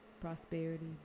prosperity